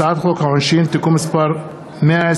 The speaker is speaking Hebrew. הצעת חוק העונשין (תיקון מס' 129),